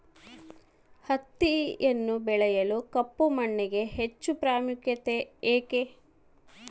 ಹತ್ತಿಯನ್ನು ಬೆಳೆಯಲು ಕಪ್ಪು ಮಣ್ಣಿಗೆ ಹೆಚ್ಚು ಪ್ರಾಮುಖ್ಯತೆ ಏಕೆ?